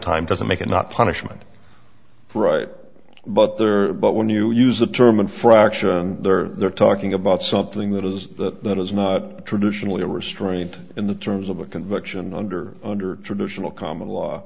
time doesn't make it not punishment right but there but when you use the term infraction they're they're talking about something that is that is not traditionally a restraint in the terms of a conviction under under traditional common law